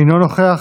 אינו נוכח,